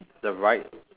the right